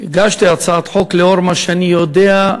הגשתי הצעת חוק לאור מה שאני יודע,